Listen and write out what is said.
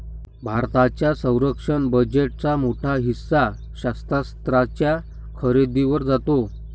भारताच्या संरक्षण बजेटचा मोठा हिस्सा शस्त्रास्त्रांच्या खरेदीवर जातो